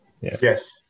Yes